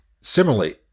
similarly